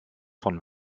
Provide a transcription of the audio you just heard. von